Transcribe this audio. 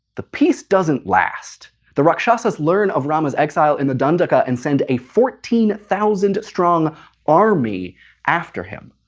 the peace doesn't last. the rashasa's learn of rama's exile in the dandaka and send a fourteen thousand-strong army after him.